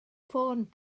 ffôn